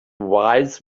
wise